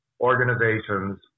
organizations